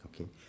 Okay